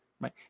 right